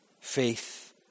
faith